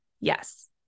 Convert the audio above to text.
Yes